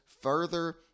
further